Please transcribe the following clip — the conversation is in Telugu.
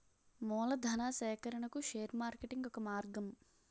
మూలధనా సేకరణకు షేర్ మార్కెటింగ్ ఒక మార్గం